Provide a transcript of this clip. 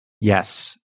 Yes